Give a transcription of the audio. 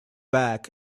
back